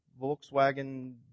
Volkswagen